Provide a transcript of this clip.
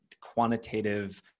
quantitative